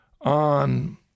on